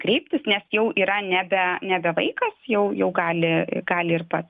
kreiptis nes jau yra nebe nebe vaikas jau gali gali ir pats